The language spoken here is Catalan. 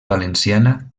valenciana